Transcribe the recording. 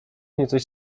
niecoś